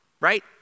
right